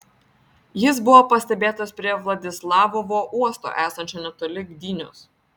jis buvo pastebėtas prie vladislavovo uosto esančio netoli gdynios